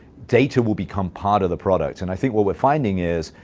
data will become part of the product. and i think what we're finding is